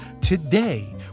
today